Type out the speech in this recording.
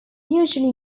usually